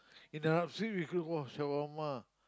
in Arab-Street we call it